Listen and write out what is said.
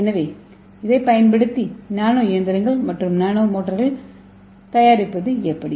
எனவே இதைப் பயன்படுத்தி நானோ இயந்திரங்கள் மற்றும் நானோ மோட்டார்கள் தயாரிப்பது எப்படி